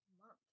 month